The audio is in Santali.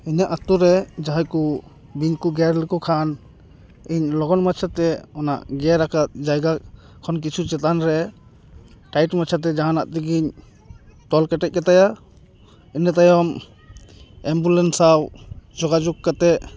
ᱤᱧᱟᱹᱜ ᱟᱹᱛᱩᱨᱮ ᱡᱟᱦᱟᱸᱭ ᱠᱚ ᱵᱤᱝᱠᱚ ᱜᱮᱨ ᱞᱮᱠᱚ ᱠᱷᱟᱱ ᱤᱧ ᱞᱚᱜᱚᱱ ᱢᱟᱪᱷᱟ ᱛᱮ ᱚᱱᱟ ᱜᱮᱨ ᱟᱠᱟᱫ ᱡᱟᱭᱜᱟ ᱠᱷᱚᱱ ᱠᱤᱪᱷᱩ ᱪᱮᱛᱟᱱ ᱨᱮ ᱴᱟᱭᱤᱴ ᱢᱟᱪᱷᱟᱛᱮ ᱡᱟᱦᱟᱸᱱᱟᱜ ᱛᱮᱜᱮᱧ ᱛᱚᱞ ᱠᱮᱴᱮᱡ ᱠᱟᱛᱟᱭᱟ ᱤᱱᱟᱹ ᱛᱟᱭᱚᱢ ᱮᱢᱵᱩᱞᱮᱱᱥ ᱥᱟᱶ ᱡᱳᱜᱟᱡᱳᱜᱽ ᱠᱟᱛᱮᱫ